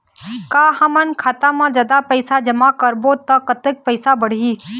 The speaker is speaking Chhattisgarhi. का हमन खाता मा जादा पैसा जमा करबो ता कतेक पैसा बढ़ही?